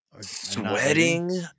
sweating